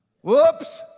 Whoops